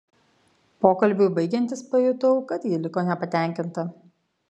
pokalbiui baigiantis pajutau kad ji liko nepatenkinta